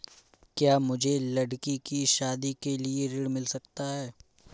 क्या मुझे लडकी की शादी के लिए ऋण मिल सकता है?